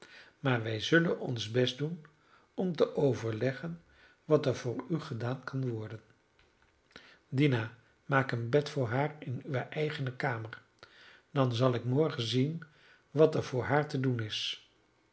maar wij zullen ons best doen om te overleggen wat er voor u gedaan kan worden dina maak een bed voor haar in uwe eigene kamer dan zal ik morgen zien wat er voor haar te doen is